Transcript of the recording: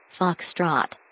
Foxtrot